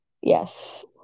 Yes